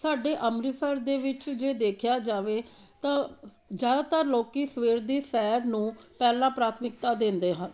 ਸਾਡੇ ਅੰਮ੍ਰਿਤਸਰ ਦੇ ਵਿੱਚ ਜੇ ਦੇਖਿਆ ਜਾਵੇ ਤਾਂ ਜ਼ਿਆਦਾਤਰ ਲੋਕ ਸਵੇਰ ਦੀ ਸੈਰ ਨੂੰ ਪਹਿਲਾ ਪ੍ਰਾਥਮਿਕਤਾ ਦਿੰਦੇ ਹਨ